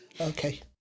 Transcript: okay